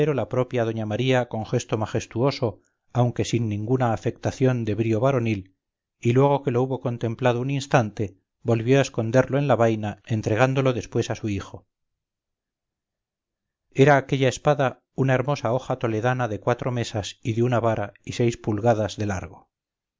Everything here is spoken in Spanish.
la propia doña maría con gesto majestuoso aunque sin ningunaafectación de brío varonil y luego que lo hubo contemplado un instante volvió a esconderlo en la vaina entregándolo después a su hijo era aquella espada una hermosa hoja toledana de cuatro mesas y de una vara y seis pulgadas de largo